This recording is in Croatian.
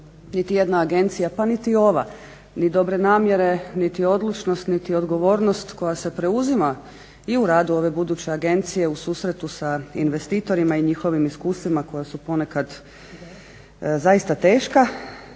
niti jedna agencija pa niti ova, ni dobre namjere, niti odlučnost, niti odgovornost koja se preuzima i u radu ove buduće agencije u susretu sa investitorima i njihovim iskustvima koja su ponekad zaista teška